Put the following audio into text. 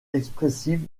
expressive